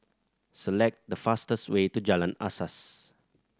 select the fastest way to Jalan Asas